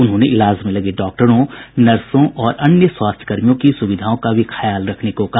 उन्होंने इलाज में लगे डॉक्टरों नर्सों और अन्य स्वास्थ्य कर्मियों की सुविधाओं का भी ख्याल रखने को कहा